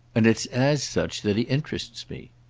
and it's as such that he interests me.